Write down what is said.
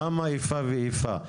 למה איפה ואיפה?